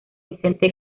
vicente